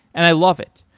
and i love it.